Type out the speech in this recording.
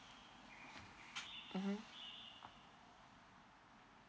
mmhmm